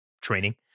training